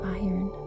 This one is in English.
iron